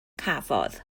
cafodd